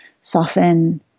soften